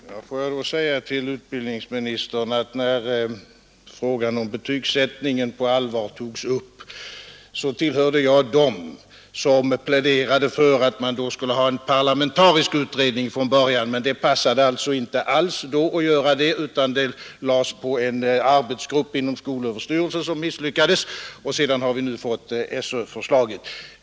Herr talman! Får jag då säga till utbildningsministern att när frågan om Dbetygsättningen på allvar togs upp, så tillhörde jag dem som pläderade för att man skulle tillsätta en parlamentarisk utredning från början. Men då passade det alltså inte alls att göra det, utan uppgiften lades på en arbetsgrupp inom skolöverstyrelsen, som misslyckades, och nu har vi fått SÖ-förslaget.